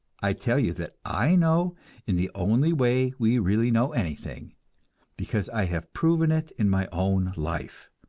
i tell you that i know in the only way we really know anything because i have proven it in my own life.